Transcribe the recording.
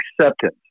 acceptance